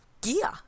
gear